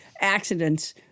accidents